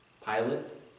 pilot